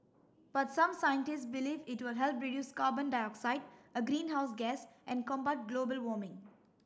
but some scientists believe it will help reduce carbon dioxide a greenhouse gas and combat global warming